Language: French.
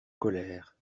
colère